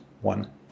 one